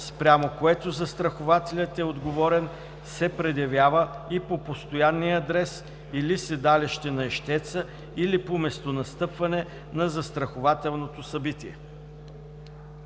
спрямо което застрахователят е отговорен, се предявява и по постоянния адрес или седалище на ищеца, или по местонастъпване на застрахователното събитие.“